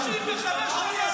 זה מטריד אותי.